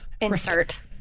insert